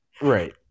Right